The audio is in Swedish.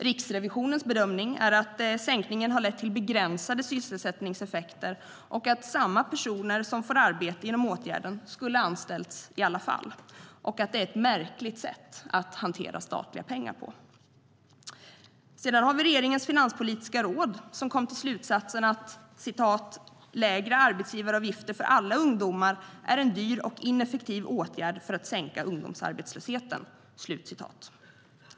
Riksrevisionens bedömning är att sänkningen har lett till begränsade sysselsättningseffekter, att samma personer som får arbete inom åtgärden skulle ha anställts i alla fall och att det är ett märkligt sätt att hantera statliga pengar på. Sedan har vi regeringens finanspolitiska råd som kom till slutsatsen att "lägre arbetsgivaravgifter för alla ungdomar är en dyr och ineffektiv åtgärd för att sänka ungdomsarbetslösheten".